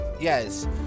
Yes